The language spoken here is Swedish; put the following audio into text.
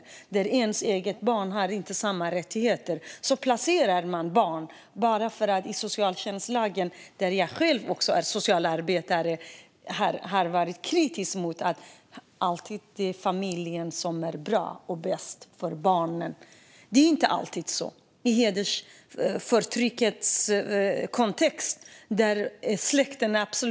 I hem där de egna barnen inte har samma rättigheter placerar man barn bara för att det enligt socialtjänstlagen - och som socialarbetare har jag själv varit kritisk mot detta - alltid är familjen som är det bästa för barnen. Det är inte alltid så; i en hedersrelaterad kontext är släkten inte det bästa.